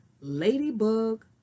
ladybug